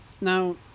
Now